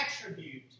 attribute